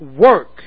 work